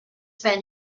been